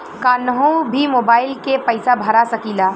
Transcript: कन्हू भी मोबाइल के पैसा भरा सकीला?